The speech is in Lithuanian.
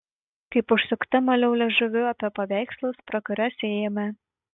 kaip užsukta maliau liežuviu apie paveikslus pro kuriuos ėjome